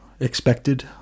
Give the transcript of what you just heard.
Expected